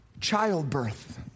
childbirth